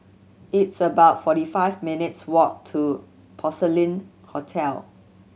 it's about forty five minutes' walk to Porcelain Hotel